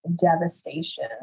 devastation